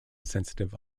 sensitive